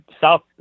south